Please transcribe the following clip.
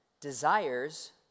desires